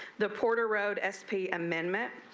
the porter road s. p. amendment.